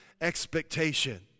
expectation